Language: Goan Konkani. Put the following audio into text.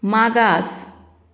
मागास